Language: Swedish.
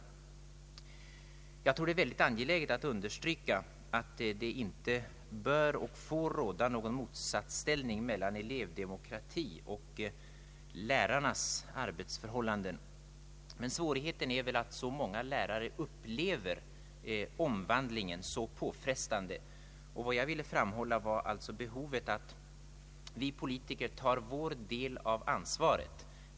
Jag tror att det är väldigt angeläget att understryka, att det inte bör och inte får råda någon motsatsställning mellan elevdemokrati och omsorg om lärarnas arbetsförhållanden. Svårigheten är väl att så många lärare upplever omvandlingen som påfrestande. Vad jag ville framhålla var också behovet av att vi politiker tar vår del av ansvaret.